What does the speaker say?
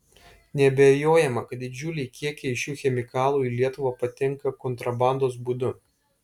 neabejojama kad didžiuliai kiekiai šių chemikalų į lietuvą patenka kontrabandos būdu